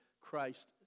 Christ